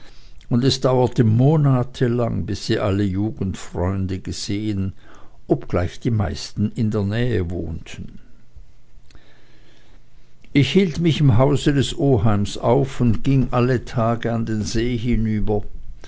und es dauerte monatelang bis sie alle jugendfreunde gesehen obgleich die meisten in der nähe wohnten ich hielt mich im hause des oheims auf und ging alle tage an den see hinüber